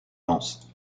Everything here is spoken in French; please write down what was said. lens